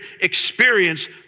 experience